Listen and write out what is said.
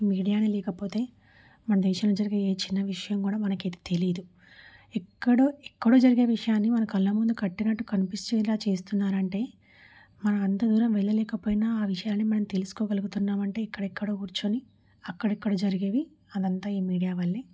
ఈ మీడియానే లేకపోతే మన దేశంలో జరిగే ఏ చిన్న విషయం కూడా మనకు అయితే తెలీదు ఎక్కడో ఎక్కడో జరిగే విషయాన్ని మన కళ్ళ ముందు కట్టినట్టు కనిపిచ్చేలా చేస్తున్నారు అంటే మనం అంత దూరం వెళ్ళలేకపోయినా ఆ విషయాల్ని మనం తెలుసుకోగలుగుతున్నాము అంటే ఇక్కడ ఎక్కడో కూర్చొని అక్కడ ఎక్కడో జరిగేవి అదంతా ఈ మీడియా వల్లే